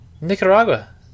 Nicaragua